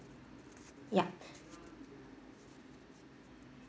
yup